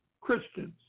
Christians